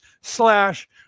slash